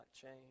change